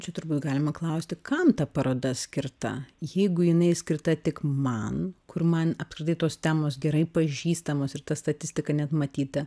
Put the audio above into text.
čia turbūt galima klausti kam ta paroda skirta jeigu jinai skirta tik man kur man apskritai tos temos gerai pažįstamos ir ta statistika net matyta